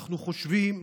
אנחנו חושבים,